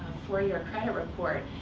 for your credit report.